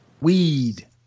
weed